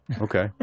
Okay